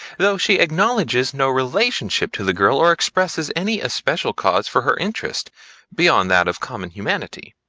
though she acknowledges no relationship to the girl or expresses any especial cause for her interest beyond that of common humanity.